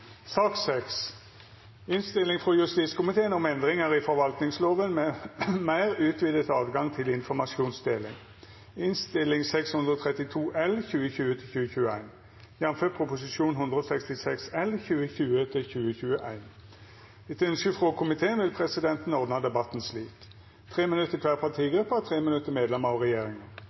sak nr. 5. Etter ynske frå komiteen vil presidenten ordna debatten slik: 3 minutt til kvar partigruppe og 3 minutt til medlemmer av regjeringa.